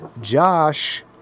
Josh